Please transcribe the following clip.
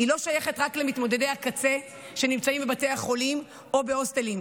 היא לא שייכת רק למתמודדי הקצה שנמצאים בבתי החולים או בהוסטלים.